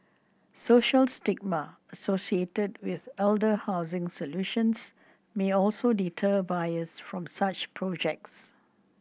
social stigma associated with elder housing solutions may also deter buyers from such projects